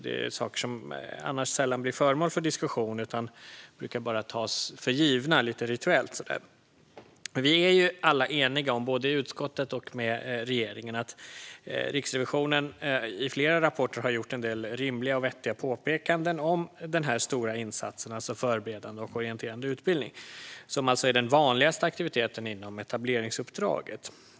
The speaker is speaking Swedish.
Det är saker som annars sällan blir föremål för diskussion utan så där lite rituellt brukar tas för givna. Vi är ju alla eniga, både i utskottet och med regeringen, om att Riksrevisionen i flera rapporter har gjort en del rimliga och vettiga påpekanden om denna stora insats - alltså Förberedande och orienterande utbildning, som är den vanligaste aktiviteten inom etableringsuppdraget.